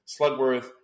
Slugworth